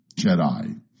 Jedi